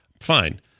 Fine